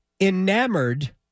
enamored